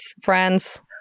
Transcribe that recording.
Friends